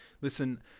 Listen